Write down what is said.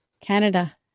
canada